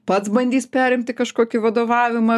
pats bandys perimti kažkokį vadovavimą